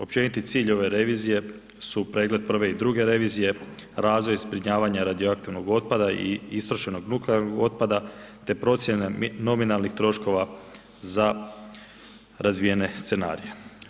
Općeniti cilj ove revizije su pregled prve i druge revizije, razvoj zbrinjavanja radioaktivnog otpada i istrošenog nuklearnog otpada te procjene nominalnih troškova za razvijene scenarije.